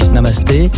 Namaste